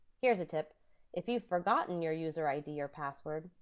here's a tip if you've forgotten your user id or password,